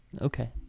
Okay